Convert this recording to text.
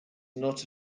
not